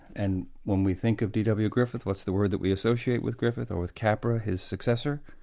and when we think of dw griffith, what's the word that we associate with griffith or with capra, his successor?